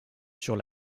sur